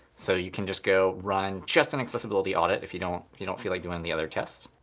so you can just go run and just an accessibility audit, if you don't you don't feel like doing the other tests.